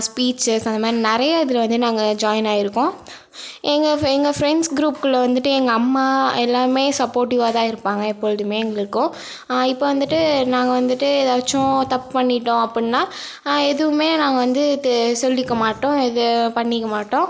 speeches அந்த மாதிரி நிறையா இதில் வந்து நாங்கள் ஜாயின் ஆகிருக்கோம் எங்கள் ஃப் எங்கள் ஃப்ரெண்ட்ஸ் க்ரூப் குள்ள வந்துட்டு எங்கள் அம்மா எல்லாமே சப்போர்ட்டிவாக தான் இருப்பாங்க எப்பொழுதுமே எங்களுக்கும் இப்போ வந்துட்டு நாங்கள் வந்துட்டு ஏதாச்சும் தப்பு பண்ணிவிட்டோம் அப்புடின்னா எதுவுமே நாங்கள் வந்துட்டு சொல்லிக்க மாட்டோம் எது பண்ணிக்க மாட்டோம்